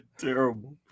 terrible